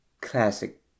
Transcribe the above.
classic